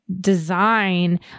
design